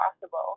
possible